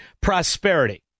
prosperity